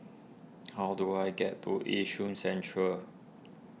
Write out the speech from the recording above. how do I get to Yishun Central